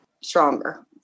stronger